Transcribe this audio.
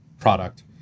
product